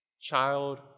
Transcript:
Child